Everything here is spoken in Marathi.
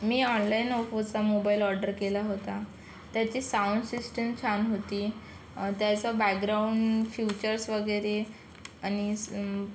मी ऑनलाईन ओप्पोचा मोबाईल ऑर्डर केला होता त्याची साउंड सिस्टीम छान होती त्याचं बॅगग्राऊंड फ्युचर्स वगैरे आणि